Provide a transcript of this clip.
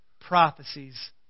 prophecies